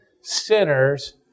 sinners